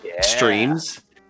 streams